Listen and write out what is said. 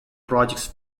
projects